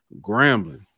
grambling